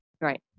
Right